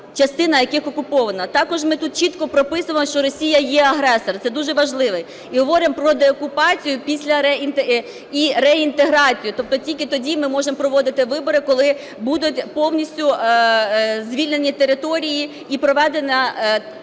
частина яких окупована. Також ми тут чітко прописуємо, що Росія є агресор. Це дуже важливо. І говоримо про деокупацію і реінтеграцію. Тобто тільки тоді ми можемо проводити вибори, коли будуть повністю звільнені території і приведена як